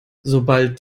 sobald